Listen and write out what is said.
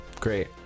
Great